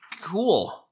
cool